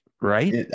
Right